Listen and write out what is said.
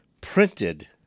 printed